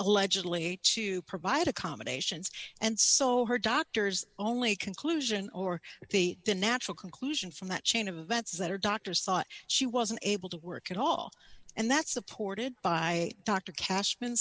allegedly to provide accommodations and so her doctor's only conclusion or the the natural conclusion from that chain of events that are doctors thought she was unable to work at all and that's supported by doctor cash